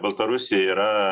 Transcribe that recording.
baltarusija yra